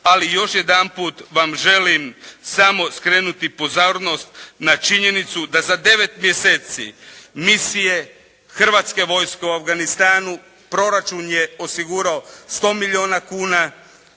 Ali još jedanput vam želim samo skrenuti pozornost na činjenicu da za 9 mjeseci misije hrvatske vojske u Afganistanu proračun je osigurao 100 milijuna kuna